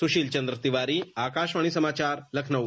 सुशील चंद्र तिवारी आकाशवाणी समाचार लखनऊ